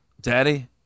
Daddy